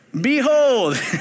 Behold